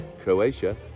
Croatia